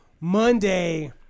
Monday